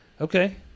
okay